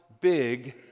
big